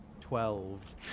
Twelve